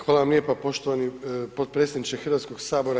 Hvala vam lijepa poštovani potpredsjedniče Hrvatskog sabora.